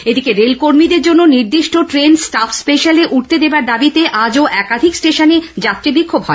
এদিকে রেলকর্মীদের জন্য নির্দিষ্ট ট্রেন স্টাফ স্পেশালে উঠতে দেওয়ার দাবিতে আজও একাধিক স্টেশনে যাত্রী বিক্ষোভ হয়